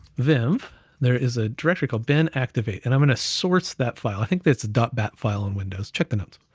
there um there is a directory called bin activate, and i'm gonna source that file. i think that's a bat file on windows. check the notes,